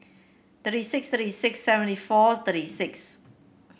thirty six thirty six seventy four thirty six